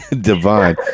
divine